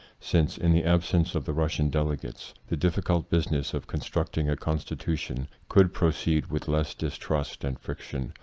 since, in the absence of the russian delegates, the difficult business of constructing a constitution could proceed with less distrust and friction,